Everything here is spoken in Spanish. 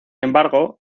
embargo